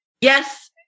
yes –